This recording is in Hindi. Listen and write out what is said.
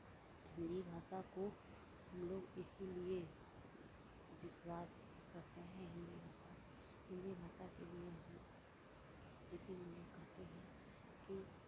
हिन्दी भाषा को हम लोग इसीलिए विश्वास करते हैं हिन्दी भाषा हिन्दी भाषा के लिए हम इसीलिए कहते हैं कि